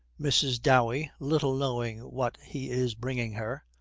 mrs. dowey, little knowing what he is bringing her,